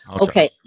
okay